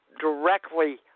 directly